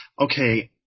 okay